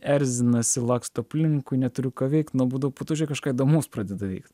erzinasi laksto aplinkui neturiu ką veikt nuobodu po to žiūrėk kažką įdomaus pradeda veikt